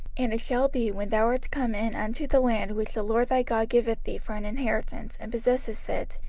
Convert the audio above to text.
and it shall be, when thou art come in unto the land which the lord thy god giveth thee for an inheritance, and possessest it,